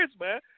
man